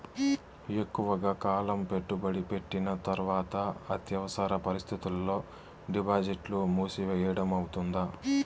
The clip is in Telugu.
ఎక్కువగా కాలం పెట్టుబడి పెట్టిన తర్వాత అత్యవసర పరిస్థితుల్లో డిపాజిట్లు మూసివేయడం అవుతుందా?